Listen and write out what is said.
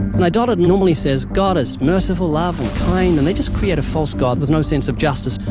an idolater normally says god is merciful, love, and kind, and they just create a false god with no sense of justice.